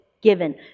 given